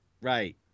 Right